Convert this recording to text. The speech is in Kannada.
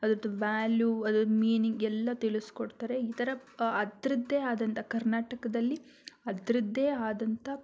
ಅದ್ರದ್ದು ವ್ಯಾಲ್ಯೂ ಅದ್ರದ್ದು ಮೀನಿಂಗ್ ಎಲ್ಲ ತಿಳಿಸ್ಕೊಡ್ತಾರೆ ಈ ಥರ ಅದರದ್ದೇ ಆದಂಥ ಕರ್ನಾಟಕದಲ್ಲಿ ಅದರದ್ದೇ ಆದಂಥ